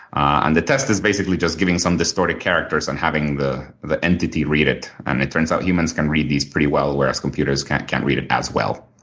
and the test is basically just giving some distorted characters and having the the entity read it. and it turns out humans can read these pretty well, whereas computers can't can't read it as well.